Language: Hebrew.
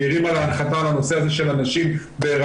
היא הרימה להנחתה על הנושא הזה של הנשים בהיריון.